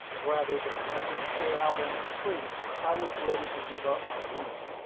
rather than have them stay out in the street, i was ready to give up my room.